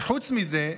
וחוץ מזה,